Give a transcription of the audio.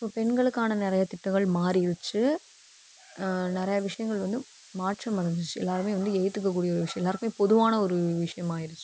so பெண்களுக்கான நிறையா திட்டங்கள் மாறிடிச்சு நிறைய விஷயங்கள் வந்து மாற்றம் அடைஞ்சிருச்சு எல்லாருமே வந்து ஏற்றுக்க கூடிய ஒரு விஷயம் எல்லாருக்குமே பொதுவான ஒரு விஷயமாயிடுச்சு